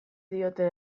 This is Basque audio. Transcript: diote